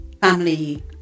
family